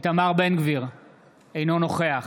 אינו נוכח